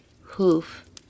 Hoof